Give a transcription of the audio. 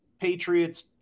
Patriots